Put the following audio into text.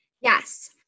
Yes